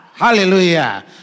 Hallelujah